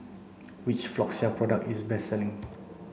which Floxia product is the best selling